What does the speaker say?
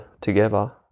together